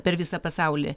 per visą pasaulį